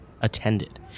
attended